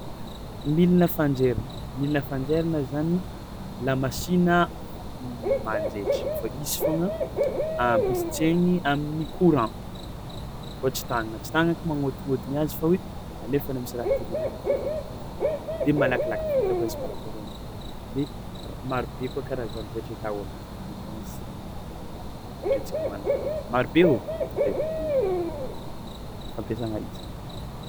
Milina fanjerana milina fanjairana zany lamasinina manjaitra fa izy fôgna ampiasaigny amin'ny courany fa tsy tagnagna, tsy tagnagna koa magnodignodigny azy fa alefa any misy tindrena izy direct mande de malakilaky vita koa izy par rapport amign'igny, marobe koa ny karazan'ny zaitry atao aminazy mety misy ohatra tsika, marobe ô zay zany tegna fampiasana izy.